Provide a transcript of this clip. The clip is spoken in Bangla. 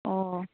ও